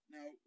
Now